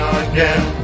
again